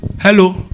Hello